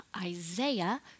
Isaiah